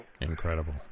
Incredible